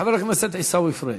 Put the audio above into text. חבר הכנסת עיסאווי פריג'.